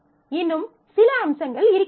இன்னும் சில அம்சங்கள் இருக்கிறது